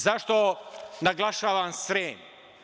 Zašto naglašavam Srem?